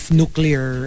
nuclear